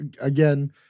again